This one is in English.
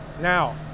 Now